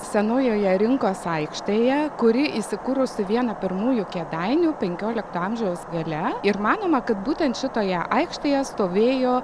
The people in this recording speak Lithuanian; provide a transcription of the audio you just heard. senojoje rinkos aikštėje kuri įsikūrusi viena pirmųjų kėdainių penkiolikto amžiaus gale ir manoma kad būtent šitoje aikštėje stovėjo